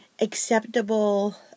acceptable